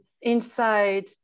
inside